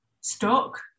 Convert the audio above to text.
stuck